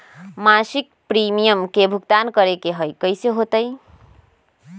मासिक प्रीमियम के भुगतान करे के हई कैसे होतई?